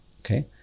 Okay